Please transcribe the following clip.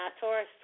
Taurus